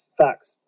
facts